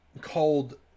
called